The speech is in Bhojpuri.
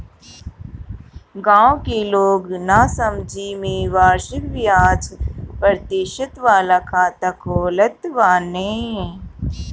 गांव के लोग नासमझी में वार्षिक बियाज प्रतिशत वाला खाता खोलत बाने